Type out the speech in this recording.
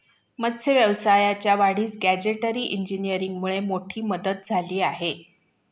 मत्स्य व्यवसायाच्या वाढीस गॅजेटरी इंजिनीअरिंगमुळे मोठी मदत झाली आहे